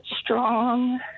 strong